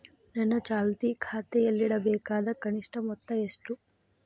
ನನ್ನ ಚಾಲ್ತಿ ಖಾತೆಯಲ್ಲಿಡಬೇಕಾದ ಕನಿಷ್ಟ ಮೊತ್ತ ಎಷ್ಟು?